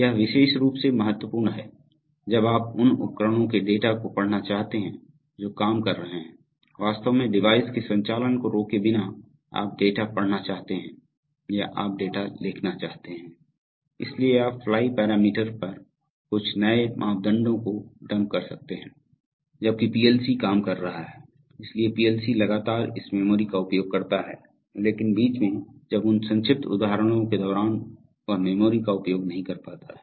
यह विशेष रूप से महत्वपूर्ण है जब आप उन उपकरणों के डेटा को पढ़ना चाहते हैं जो काम कर रहे हैं वास्तव में डिवाइस के संचालन को रोके बिना आप डेटा पढ़ना चाहते हैं या आप डेटा लिखना चाहते हैं इसलिए आप फ्लाई पैरामीटर पर कुछ नए मापदंडों को डंप कर सकते हैं जबकि पीएलसी काम कर रहा है इसलिए पीएलसी लगातार इस मेमोरी का उपयोग करता है लेकिन बीच में जब उन संक्षिप्त उदाहरणों के दौरान वह मेमोरी का उपयोग नहीं कर पता है